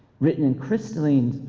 written in crystalline,